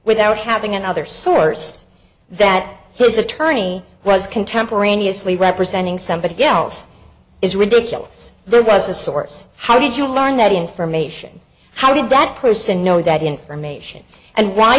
without having another source that his attorney was contemporaneously representing somebody else is ridiculous there was a source how did you learn that information how did that person know that information and